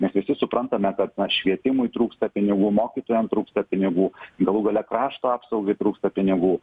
mes visi suprantame kad na švietimui trūksta pinigų mokytojam trūksta pinigų galų gale krašto apsaugai trūksta pinigų